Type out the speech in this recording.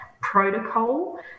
protocol